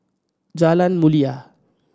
Jalan Mulia